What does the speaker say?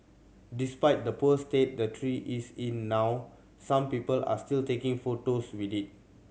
despite the poor state the tree is in now some people are still taking photos with it